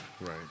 Right